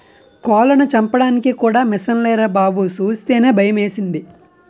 కోళ్లను చంపడానికి కూడా మిసన్లేరా బాబూ సూస్తేనే భయమేసింది